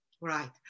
Right